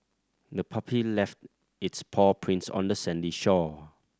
the puppy left its paw prints on the sandy shore